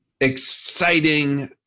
exciting